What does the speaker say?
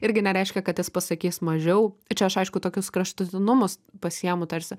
irgi nereiškia kad jis pasakys mažiau tai čia aš aišku tokius kraštutinumus pasiimu tarsi